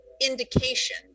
indication